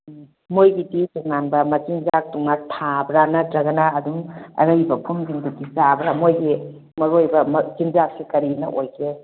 ꯃꯣꯏꯒꯤꯗꯤ ꯇꯣꯉꯥꯟꯕ ꯃꯁꯤꯟꯖꯛꯅ ꯊꯥꯕ꯭ꯔꯥ ꯅꯇ꯭ꯔꯒꯅ ꯑꯗꯨꯝ ꯑꯔꯩꯕ ꯐꯨꯝꯁꯤꯡꯗꯒꯤ ꯆꯥꯕ꯭ꯔꯥ ꯃꯣꯏꯒꯤ ꯃꯔꯨ ꯑꯣꯏꯕ ꯃꯆꯤꯟꯖꯥꯛꯁꯦ ꯀꯔꯤꯅ ꯑꯣꯏꯒꯦ